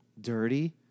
dirty